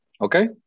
Okay